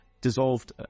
dissolved